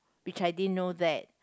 which I didn't know that